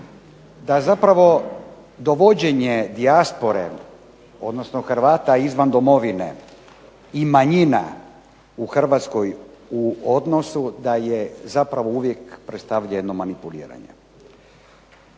da zapravo dovođenje dijaspore, odnosno Hrvata izvan domovine i manjina u Hrvatskoj u odnosu da je zapravo uvijek predstavlja jedno manipuliranje.